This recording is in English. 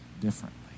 differently